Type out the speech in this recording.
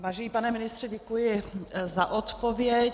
Vážený pane ministře, děkuji za odpověď.